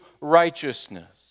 righteousness